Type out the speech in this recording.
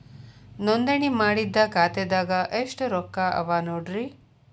ನೋಂದಣಿ ಮಾಡಿದ್ದ ಖಾತೆದಾಗ್ ಎಷ್ಟು ರೊಕ್ಕಾ ಅವ ನೋಡ್ರಿ